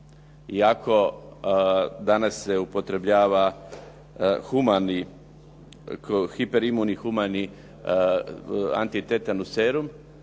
Iako danas se upotrebljava humani, hiperimuni humani antitetanus serum,